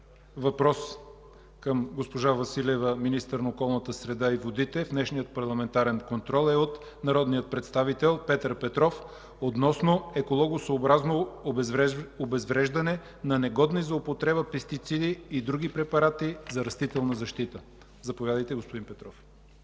въпрос към госпожа Василева – министър на околната среда и водите, в днешния парламентарен контрол е от народния представител Петър Петров – относно екологосъобразно обезвреждане на негодни за употреба пестициди и други препарати за растителна защита. Заповядайте, господин Петров.